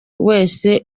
wese